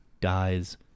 dies